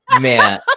Man